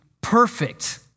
perfect